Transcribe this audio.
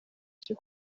cyo